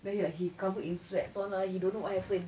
then he like he covered in sweats [one] lah he don't know what happen